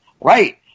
Right